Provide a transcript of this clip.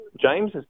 James